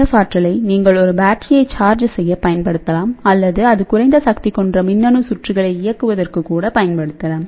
F ஆற்றலை நீங்கள் ஒரு பேட்டரியை சார்ஜ் செய்ய பயன்படுத்தலாம் அல்லது அது குறைந்த சக்தி கொண்ட மின்னணு சுற்றுகளை இயக்குவதற்கு கூட பயன்படுத்தலாம்